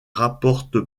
rapporte